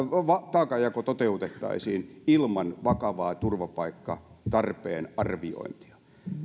taakanjako toteutettaisiin ilman vakavaa turvapaikkatarpeen arviointia